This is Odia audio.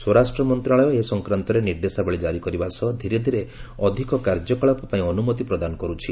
ସ୍ୱରାଷ୍ଟ୍ର ମନ୍ତ୍ରଣାଳୟ ଏ ସଂକ୍ରାନ୍ତରେ ନିର୍ଦ୍ଦେଶାବଳୀ କାରି କରିବା ସହ ଧୀରେ ଧୀରେ ଅଧିକ କାର୍ଯ୍ୟକଳାପ ପାଇଁ ଅନୁମତି ପ୍ରଦାନ କରୁଛି